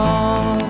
on